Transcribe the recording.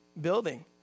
building